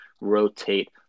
rotate